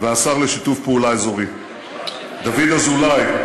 והשר לשיתוף פעולה אזורי, דוד אזולאי,